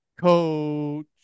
Coach